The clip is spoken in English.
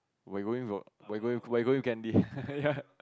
but you're going with your but you going but you going with Gandhi ya